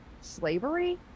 slavery